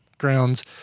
grounds